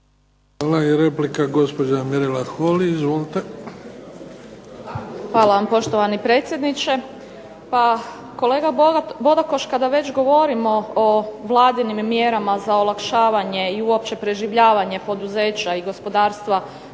Hvala. I replika, gospođa Mirela Holy. Izvolite. **Holy, Mirela (SDP)** Hvala vam poštovani predsjedniče. Pa kolega Bodakoš kada već govorimo o Vladinim mjerama za olakšavanje i uopće preživljavanje poduzeća i gospodarstva